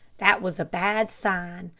that was a bad sign.